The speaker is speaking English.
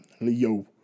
Leo